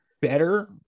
better